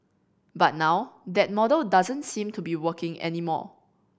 but now that model doesn't seem to be working anymore